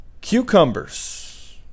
cucumbers